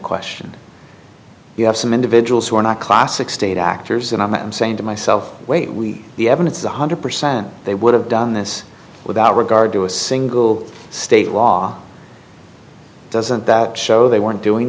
question you have some individuals who are not classic state actors and i'm saying to myself wait we the evidence one hundred percent they would have done this without regard to a single state law doesn't that show they weren't doing